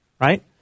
right